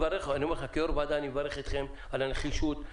כיו"ר ועדה, אני מברך אתכם על הנחישות,